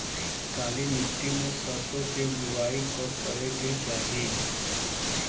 काली मिट्टी में सरसों के बुआई कब करे के चाही?